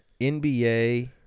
NBA